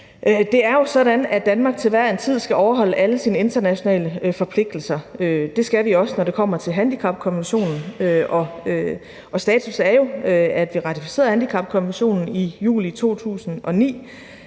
Det er jo sådan, at Danmark til hver en tid skal overholde alle sine internationale forpligtelser. Det skal vi også, når det kommer til handicapkonventionen, og status er jo, at vi ratificerede handicapkonventionen i juli 2009,